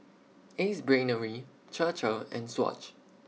Ace Brainery Chir Chir and Swatch